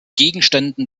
gegenständen